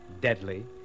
deadly